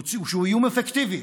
שהוא איום אפקטיבי